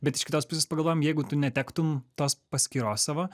bet iš kitos pusės pagalvojam jeigu tu netektum tos paskyros savo